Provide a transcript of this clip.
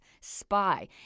spy